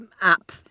app